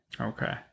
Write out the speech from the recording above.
Okay